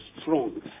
strong